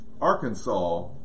Arkansas